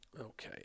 Okay